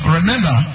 Remember